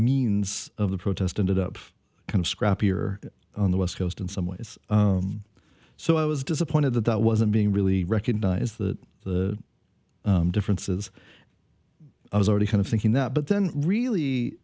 means of the protest ended up kind of scrappier on the west coast in some ways so i was disappointed that that wasn't being really recognize that the differences i was already kind of thinking that but then really